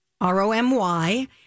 R-O-M-Y